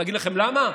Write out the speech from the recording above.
להגיד לכם למה?